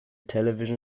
television